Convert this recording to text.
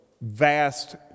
vast